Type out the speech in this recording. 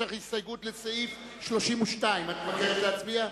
יש לך הסתייגות לסעיף 32. את מבקשת להצביע?